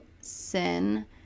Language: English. sin